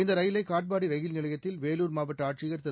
இந்த ரயிலை காட்பாடி ரயில் நிலையத்தில் வேலூர் மாவட்ட ஆட்சியர் திரு